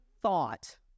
thought